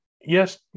yes